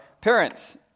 parents